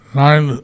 nine